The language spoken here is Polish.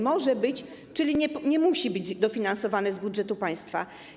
Może być, czyli nie musi być dofinansowane z budżetu państwa.